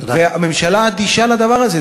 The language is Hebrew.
והממשלה אדישה לדבר הזה.